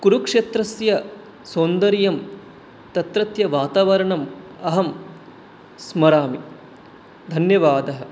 कुरुक्षेत्रस्य सौन्दर्यं तत्रत्य वातावरणम् अहं स्मरामि धन्यवादः